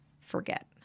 forget